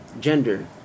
gender